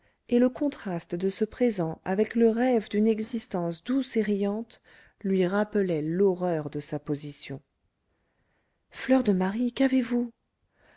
et le contraste de ce présent avec le rêve d'une existence douce et riante lui rappelait l'horreur de sa position fleur de marie qu'avez-vous